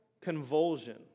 convulsion